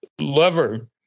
lever